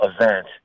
event